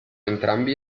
entrambi